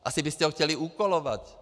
Asi byste ho chtěli úkolovat.